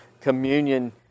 communion